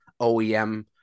OEM